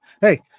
hey